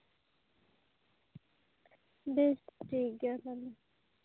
ᱵᱮᱥ ᱴᱷᱤᱠ ᱜᱮᱭᱟ ᱛᱟᱦᱞᱮ